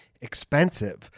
Expensive